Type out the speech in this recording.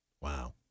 Wow